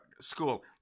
school